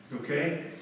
Okay